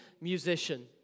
musician